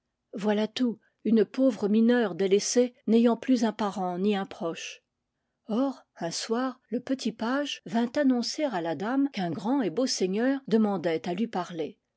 voilà tout une pauvre mineure délaissée n'ayant plus un parent ni un proche or un soir le petit page vint annoncer à la dame qu'un grand et beau seigneur demandait à lui parler